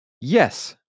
yes